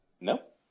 Nope